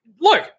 look